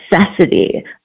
necessity